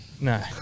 No